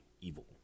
evil